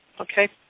Okay